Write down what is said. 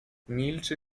milczy